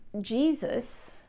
Jesus